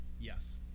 Yes